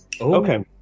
Okay